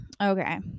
Okay